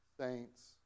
saints